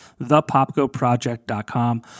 thepopgoproject.com